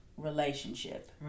relationship